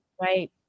Right